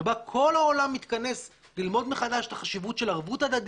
שבה כל העולם מתכנס ללמוד מחדש את החשיבות של ערבות הדדית,